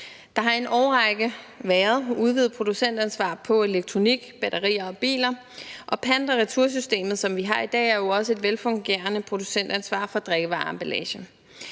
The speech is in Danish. Der har i en årrække været udvidet producentansvar på elektronik, batterier og biler, og pant- og retursystemet, som vi har i dag, er jo også et velfungerende producentansvar for drikkevareemballage.